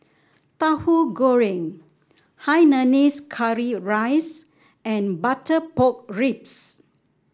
Tahu Goreng Hainanese Curry Rice and Butter Pork Ribs